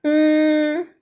hmm